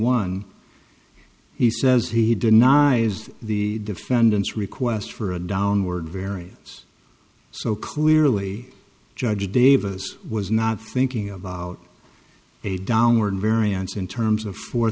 one he says he denies the defendant's request for a downward variance so clearly judge davis was not thinking about a downward variance in terms of four